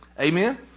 Amen